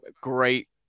great